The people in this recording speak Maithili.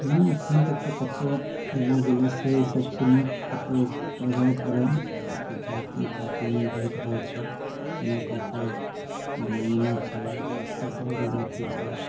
नहि एखन तक तऽ कतहुँ एला गेला से ई सभ चीज नहि कतहुँ प्रभाव पड़ल ई जाति पातिमे भेदभाव छै जेना कियाक तऽ ब्राम्हणो छै सभ तरहकेँ जाति छै